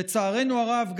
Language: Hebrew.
לצערנו הרב,